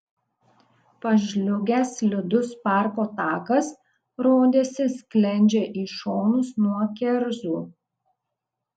pažliugęs slidus parko takas rodėsi sklendžia į šonus nuo kerzų